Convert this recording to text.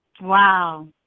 Wow